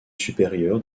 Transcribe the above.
supérieure